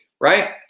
right